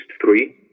three